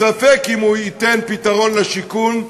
ספק אם הוא ייתן פתרון לשיכון,